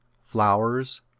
flowers